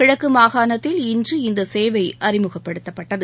கிழக்கு மாகாணத்தில் இன்று இந்த சேவை அறிமுகப்படுத்தப்பட்டது